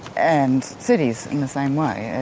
and cities in the same way,